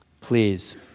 Please